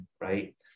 right